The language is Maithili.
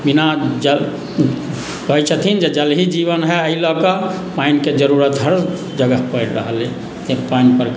बिना जल कहैत छथिन जे जल ही जीवन है एहि लऽ कऽ पानिके जरूरत हर जगह पड़ि रहल अछि तैँ पानिपर